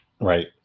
Right